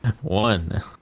One